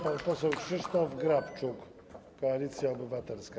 Pan poseł Krzysztof Grabczuk, Koalicja Obywatelska.